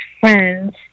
friends